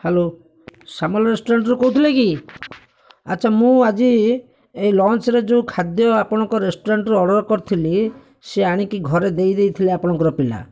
hello Sagar ରେଷ୍ଟୁରାଣ୍ଟ୍ରୁ କହୁଥିଲେ କି ଆଚ୍ଛା ମୁଁ ଆଜି ଏଇ ଲଞ୍ଚରେ ଯେଉଁ ଖାଦ୍ୟ ଆପଣଙ୍କ ରେଷ୍ଟୁରାଣ୍ଟ୍ରୁ ଅର୍ଡ଼ର କରିଥିଲି ସେ ଆଣିକି ଘରେ ଦେଇଯାଇଥିଲା ଆପଣଙ୍କର ପିଲା